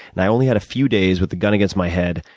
and, i only had a few days, with a gun against my head,